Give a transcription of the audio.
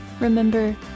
Remember